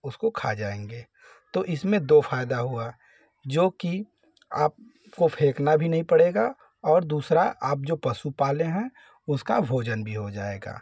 उसको खा जाएँगे तो इसमें दो फ़ायदा हुआ जो कि आपको फेंकना भी नहीं पड़ेगा और दूसरा आप जो पशु पाले हैं उसका भोजन भी हो जाएगा